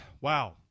wow